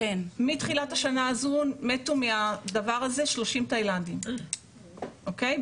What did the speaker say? מתחילת השנה הזו מתו מהדבר הזה 30 תאילנדים בישראל,